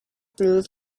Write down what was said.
blue